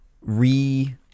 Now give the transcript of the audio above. re